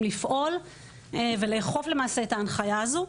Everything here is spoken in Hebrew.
לפעול ולאכוף למעשה את ההנחיה הזו.